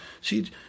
See